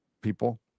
people